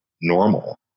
normal